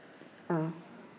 uh